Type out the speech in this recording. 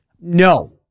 no